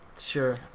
Sure